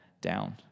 down